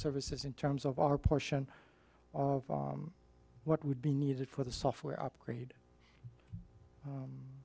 services in terms of our portion of what would be needed for the software upgrade